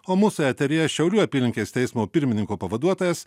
o mūsų eteryje šiaulių apylinkės teismo pirmininko pavaduotojas